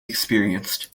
experienced